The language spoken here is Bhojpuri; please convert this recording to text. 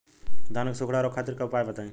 धान के सुखड़ा रोग खातिर उपाय बताई?